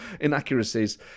inaccuracies